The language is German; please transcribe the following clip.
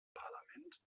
parlament